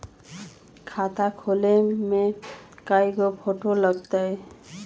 खाता खोले में कइगो फ़ोटो लगतै?